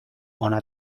ona